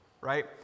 right